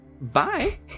Bye